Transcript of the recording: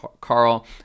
Carl